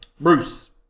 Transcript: Bruce